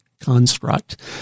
construct